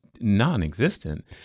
non-existent